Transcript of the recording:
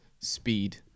speed